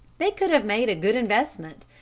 they could have made a good investment,